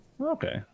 Okay